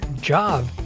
job